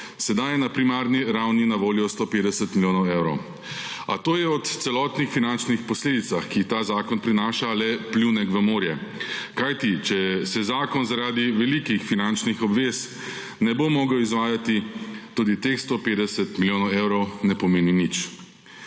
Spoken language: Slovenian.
Sedaj je na primarni ravni na voljo 150 milijonov evrov. A to je ob celotnih finančnih posledicah, ki jih ta zakon prinaša, le pljunek v morje, kajti če se zakon zaradi velikih finančnih obvez ne bo mogel izvajati, tudi teh 150 milijonov evrov ne pomeni nič.